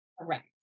Correct